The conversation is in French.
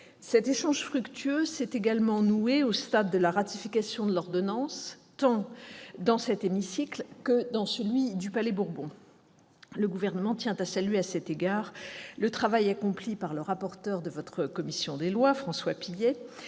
Cet échange fructueux s'est également noué au stade de la ratification de l'ordonnance, tant dans cet hémicycle que dans celui du Palais-Bourbon. Le Gouvernement salue à cet égard le travail accompli par le rapporteur de votre commission des lois, François Pillet,